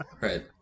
Right